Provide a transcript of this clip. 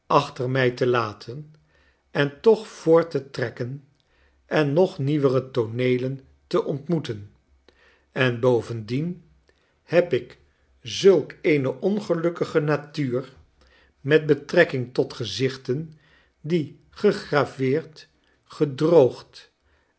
achter mij te laten en toch voort te trekken en nog nieuwere tooneelen te ontmoeten en bovendien heb ik zulk eene ongelukkige natuur met betrekking tot gezichten die gegraveerd gedroogd